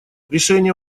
решение